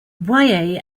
boyer